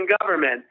government